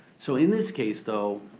so in this case, though,